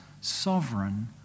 sovereign